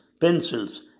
pencils